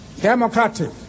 democratic